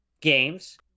games